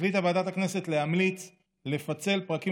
החליטה ועדת הכנסת להמליץ לפצל פרקים